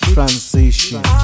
Transition